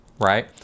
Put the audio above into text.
right